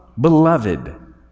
beloved